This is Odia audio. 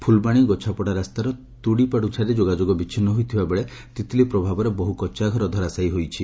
ଫ୍ଲବାଣି ଗୋଛାପଡ଼ା ରାସ୍ତାର ତୁଡ଼ିପାଦ୍ ଠାରେ ଯୋଗାଯୋଗ ବିଛିନ୍ନ ହୋଇଥିବା ବେଳେ ତିତ୍ଲି ପ୍ରଭାବରେ ବହୁ କଚ୍ଚା ଘର ଧରାଶାୟି ହୋଇଛି